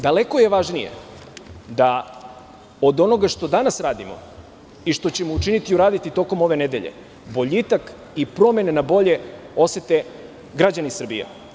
Daleko je važnije, da od onoga što danas radimo i što ćemo učiniti i uraditi tokom ove nedelje, boljitak i promene na bolje osete građani Srbije.